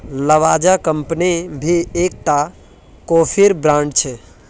Lavazza company भी एक टा कोफीर ब्रांड छे